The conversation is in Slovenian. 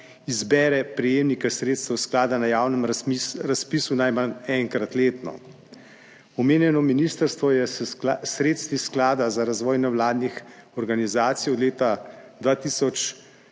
izbere prejemnika sredstev sklada na javnem razpisu najmanj enkrat letno. Omenjeno ministrstvo je s sredstvi Sklada za razvoj nevladnih organizacij od leta 2019